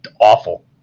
awful